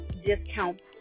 discount